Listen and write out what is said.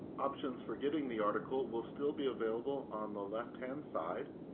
options for getting the article will still be available on the left hand side.